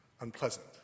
unpleasant